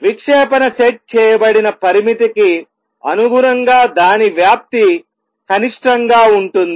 విక్షేపణ set చేయబడిన పరిమితి కి అనుగుణంగా దాని వ్యాప్తి కనిష్టంగా ఉంటుంది